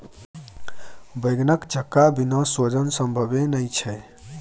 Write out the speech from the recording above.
बैंगनक चक्का बिना सोजन संभवे नहि छै